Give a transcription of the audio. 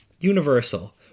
universal